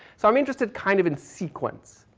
so i am interested kind of in sequence,